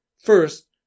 first